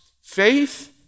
Faith